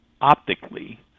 optically